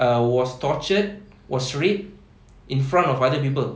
uh was tortured was raped in front of other people